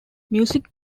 music